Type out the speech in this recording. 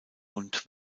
und